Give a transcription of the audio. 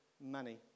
money